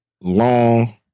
long